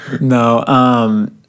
No